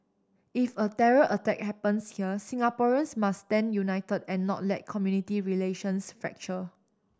if a terror attack happens here Singaporeans must stand united and not let community relations fracture